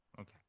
Okay